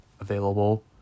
available